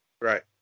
Right